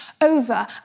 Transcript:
over